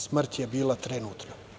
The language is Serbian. Smrt je bila trenutna.